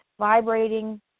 Vibrating